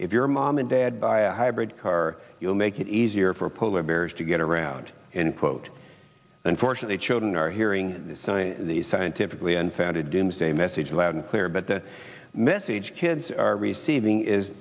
if your mom and dad buy a hybrid car you'll make it easier for polar bears to get around and quote unfortunately children are hearing the scientifically unfounded doomsday message loud and but the message kids are receiving is